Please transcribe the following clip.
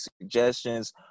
suggestions